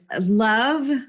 love